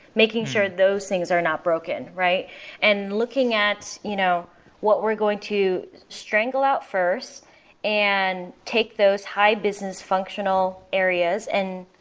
making sure those things are not broken. and looking at you know what we're going to strangle out first and take those high business functional areas and,